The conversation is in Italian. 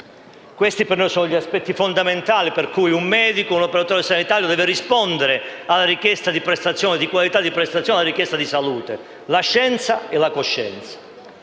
due, ma sono gli aspetti fondamentali per cui un medico o un operatore sanitario deve rispondere alla richiesta di qualità di prestazione, alla richiesta di salute: la scienza e la coscienza.